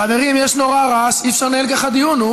חברים, יש נורא ראש, אי-אפשר לנהל כך דיון.